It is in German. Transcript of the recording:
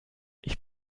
ich